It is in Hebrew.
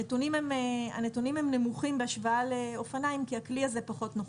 הנתונים הם נמוכים בהשוואה לאופניים כי הכלי הזה פחות נוכח.